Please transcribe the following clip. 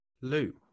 Lou